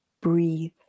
Breathe